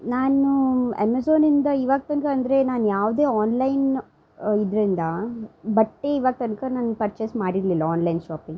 ನಾನು ಅಮೆಝೋನಿಂದ ಇವಾಗ ತನಕ ಅಂದರೆ ನಾನು ಯಾವುದೆ ಆನ್ಲೈನ್ ಇದ್ರಿಂದ ಬಟ್ಟೆ ಇವಾಗ ತನಕ ನಾನು ಪರ್ಚೇಸ್ ಮಾಡಿರಲಿಲ್ಲ ಆನ್ಲೈನ್ ಶಾಪಿಂಗ್